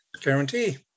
Guarantee